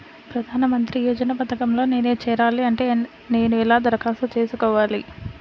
ప్రధాన మంత్రి యోజన పథకంలో నేను చేరాలి అంటే నేను ఎలా దరఖాస్తు చేసుకోవాలి?